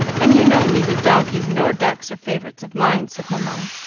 and you know neither donkeys nor ducks are favorites of mine, said mamma,